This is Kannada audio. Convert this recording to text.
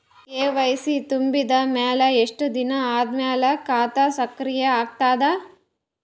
ಕೆ.ವೈ.ಸಿ ತುಂಬಿದ ಅಮೆಲ ಎಷ್ಟ ದಿನ ಆದ ಮೇಲ ಖಾತಾ ಸಕ್ರಿಯ ಅಗತದ?